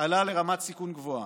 עלה לרמת סיכון גבוהה.